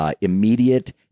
Immediate